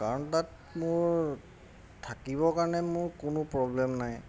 কাৰণ তাত মোৰ থাকিবৰ কাৰণে মোৰ কোনো প্ৰব্লেম নাই